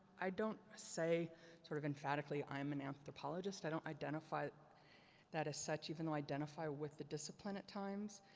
i don't say sort of emphatically i am an anthropologist. i don't identify that as such even though i identify with the discipline at times.